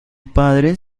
padre